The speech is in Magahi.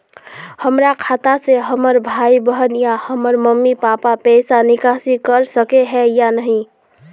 हमरा खाता से हमर भाई बहन या हमर मम्मी पापा पैसा निकासी कर सके है या नहीं?